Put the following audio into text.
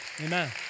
Amen